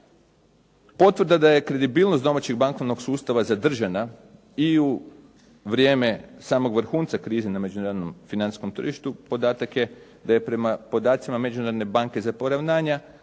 Potvrda da je kredibilnost domaćeg bankovnog sustava zadržana i u vrijeme samog vrhunca krize na međunarodnom financijskom tržištu podatak je da prema podacima Međunarodne banke za poravnanja